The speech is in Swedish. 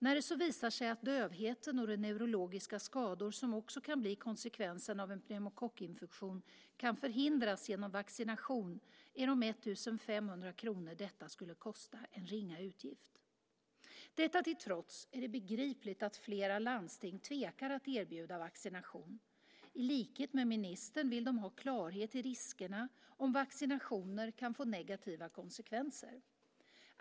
När det så visar sig att dövheten och de neurologiska skador som också kan bli konsekvensen av en pneumokockinfektion kan förhindras genom vaccination är de 1 500 kr detta skulle kosta en ringa utgift. Detta till trots är det begripligt att flera landsting tvekar att erbjuda vaccination. I likhet med ministern vill de ha klarhet i riskerna, om vaccinationer kan få negativa konsekvenser.